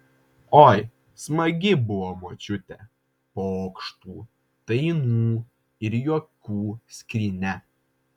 oi smagi buvo močiutė pokštų dainų ir juokų skrynia